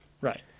Right